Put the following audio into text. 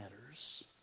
matters